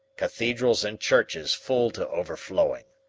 cathedrals and churches full to overflowing.